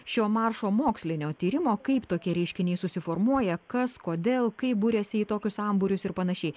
šio maršo mokslinio tyrimo kaip tokie reiškiniai susiformuoja kas kodėl kaip buriasi į tokius sambūrius ir panašiai